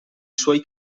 suoi